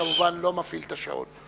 כמובן, לא מפעיל את השעון.